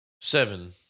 Seven